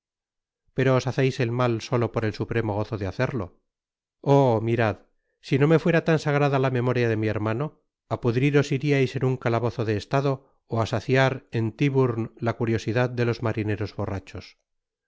pero vos haceis el mal solo por el supremo gozo de hacerlo oh mirad si no me fuera tan sagrada ta memoria de mi hermano á pudriros iriais en un calabozo de estado ó á saciar en tyburn la curiosidad de los marineros borrachos